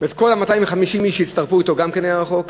ואצל כל 250 אנשים שהצטרפו אליו זה גם היה רחוק,